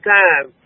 time